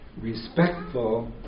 respectful